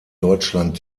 deutschland